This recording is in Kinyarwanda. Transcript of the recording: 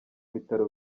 bitaro